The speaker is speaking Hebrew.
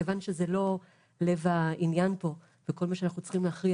מכיוון שזה לא לב העניין פה וכל מה שאנחנו צריכים להכריע